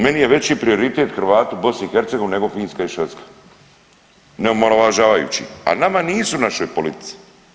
Meni je veći prioritet Hrvati u Bih nego Finska i Švedska ne omalovažavajući ih, ali nama nisu našoj politici.